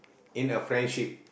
in a friendship